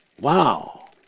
Wow